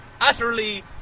utterly